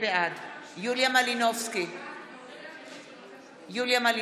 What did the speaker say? בעד יוליה מלינובסקי קונין,